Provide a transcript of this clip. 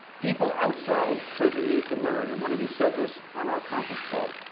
people outside prison need to learn, and one of you said this on our conference call,